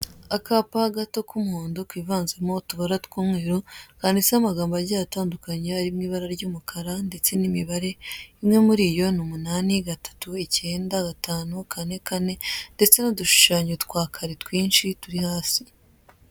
Akapa gato k'umuhondo kivanzemo utubara tw'umweru kanditseho amagambo agiye atandukanye ari mu ibara ry'umukara ndetse n'imibare. Imwe muri iyo ni umunani, gatatu, icyenda, gatanu, kane, kane ndetse n'udushushanyo twa kare twinshi turi hasi.